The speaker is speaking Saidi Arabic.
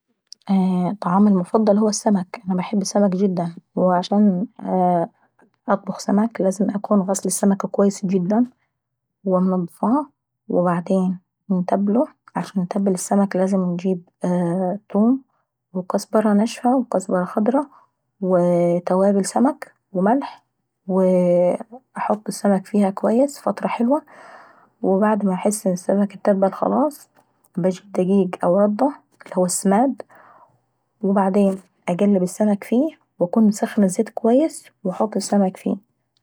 طعامي المفضل هو السمك. انا باحب السمك قوي، وعشان نطبخ سمك لازم نكون غسلاه الأول كويس جدا ومنضفاه وبعدين انتبله، وعشان نتبل السمك لازم انجيب توم وكسبرة ناشفة وكسبرة خضرا وتوبال سمك وميلح ووو ونحط السمك فيها كويس فترة حلوة وبعد ما نحس ان السمك اتتبل خلاص نجيب دقيق او ردة او سماد، وبعدين نقلب السمك فيه ونكون مسخنة الزيت كويس ونحط السمك فيه.